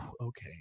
okay